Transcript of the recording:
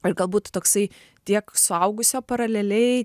ir galbūt toksai tiek suaugusio paraleliai